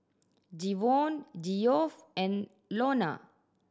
Jevon Geoff and Lonna